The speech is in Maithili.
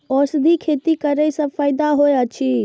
औषधि खेती करे स फायदा होय अछि?